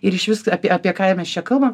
ir išvis apie apie ką mes čia kalbam